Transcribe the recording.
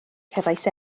cefais